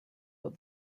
but